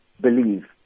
believe